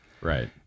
Right